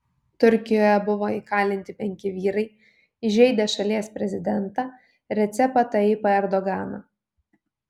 turkijoje buvo įkalinti penki vyrai įžeidę šalies prezidentą recepą tayyipą erdoganą